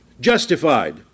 Justified